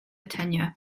tenure